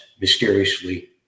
mysteriously